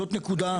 זאת נקודה חשובה.